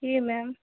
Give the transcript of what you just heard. जी ma'am